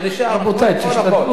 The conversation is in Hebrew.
רבותי, תשתדלו לא להפריע.